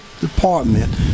department